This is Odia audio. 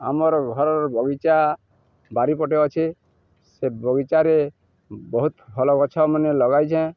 ଆମର ଘରର ବଗିଚା ବାରି ପଟେ ଅଛେ ସେ ବଗିଚାରେ ବହୁତ ଫଳଗଛ ମାନେ ଲଗାଇଛେଁ